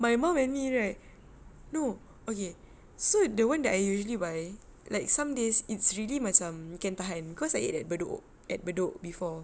my mum and me right no okay so the one that I usually buy like some days it's really macam we can tahan cause I eat at bedok at bedok before